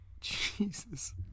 Jesus